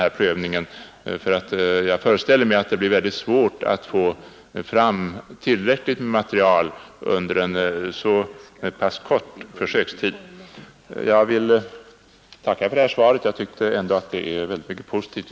Jag föreställer mig nämligen att det kommer att bli mycket svårt att få fram ett tillräckligt stort material under en så pass kort försökstid. Även jag är tacksam för det lämnade svaret, som jag tycker att det ligger mycket positivt i.